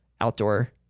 outdoor